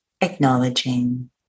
acknowledging